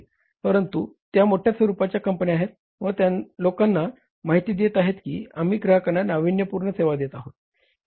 परंतु त्या मोठ्या स्वरूपाच्या कंपन्या आहेत व त्या लोकांना माहिती देत आहेत की आम्ही ग्राहकांना नाविन्यपूर्ण सेवा देत आहोत